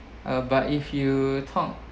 uh but if you talk